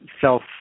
self